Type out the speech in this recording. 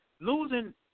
losing